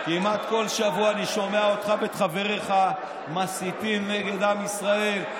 כמעט כל שבוע אני שומע אותך ואת חבריך מסיתים נגד עם ישראל,